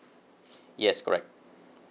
yes correct